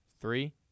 Three